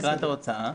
תקרת ההוצאות,